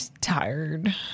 tired